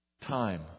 time